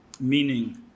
meaning